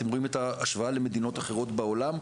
אתם רואים את ההשוואה למדינות אחרות בעולם,